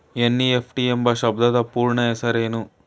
NEFT ಎಂಬ ಶಬ್ದದ ಪೂರ್ಣ ಹೆಸರೇನು?